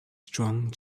strong